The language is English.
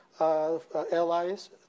allies